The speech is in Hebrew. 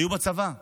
היו בצבא.